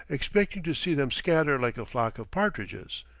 expecting to see them scatter like a flock of partridges.